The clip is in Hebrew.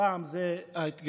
הפעם זה ההתגברות.